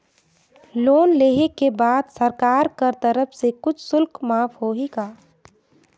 Loan लेहे के बाद सरकार कर तरफ से कुछ शुल्क माफ होही का?